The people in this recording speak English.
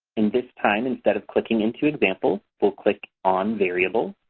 and this time instead of clicking into example we'll click on variable.